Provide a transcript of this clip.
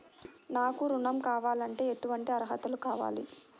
నాకు ఋణం కావాలంటే ఏటువంటి అర్హతలు కావాలి?